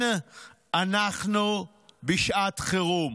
כן, אנחנו בשעת חירום,